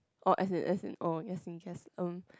or as in as in or as in yes um